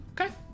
okay